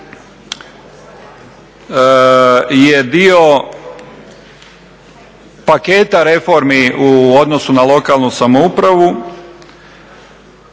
je dio paketa reformi u odnosu na lokalnu samoupravu.